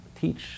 teach